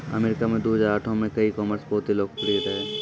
अमरीका मे दु हजार आठो मे ई कामर्स बहुते लोकप्रिय रहै